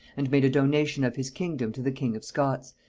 and made a donation of his kingdom to the king of scots,